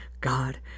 God